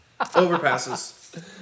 Overpasses